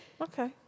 Okay